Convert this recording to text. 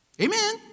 Amen